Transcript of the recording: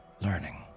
learning